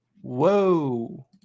Whoa